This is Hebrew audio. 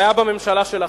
זה היה בממשלה שלכם.